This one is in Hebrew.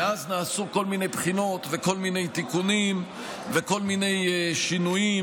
ואז נעשו כל מיני בחינות וכל מיני תיקונים וכל מיני שינויים,